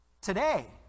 today